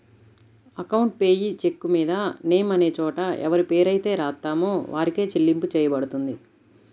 account payee చెక్కుమీద name అనే చోట ఎవరిపేరైతే రాత్తామో వారికే చెల్లింపు చెయ్యబడుతుంది